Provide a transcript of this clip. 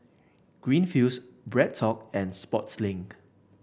Greenfields BreadTalk and Sportslink